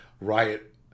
riot